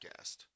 podcast